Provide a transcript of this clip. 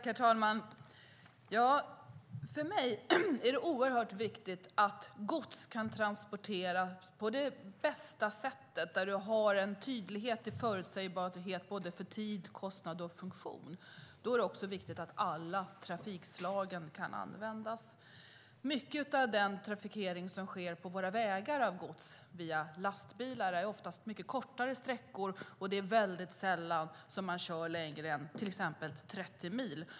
Herr talman! För mig är det oerhört viktigt att gods kan transporteras på det bästa sättet, så att man har en tydlighet och förutsägbarhet när det gäller både tid, kostnad och funktion. Det är också viktigt att alla trafikslag kan användas. Mycket av den godstrafik som sker med lastbil på våra vägar går ofta kortare sträckor, och det är väldigt sällan man kör längre än till exempel 30 mil.